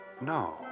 No